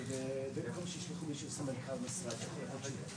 לא רק לגבי המשך ומכרזים וכיוצא בזה.